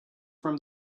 from